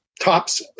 tops